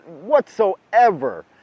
whatsoever